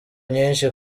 nyinshi